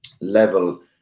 level